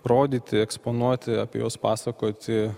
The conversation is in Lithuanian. rodyti eksponuoti apie juos pasakoti